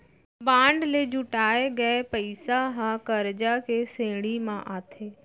bond ले जुटाए गये पइसा ह करजा के श्रेणी म आथे